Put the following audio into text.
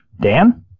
Dan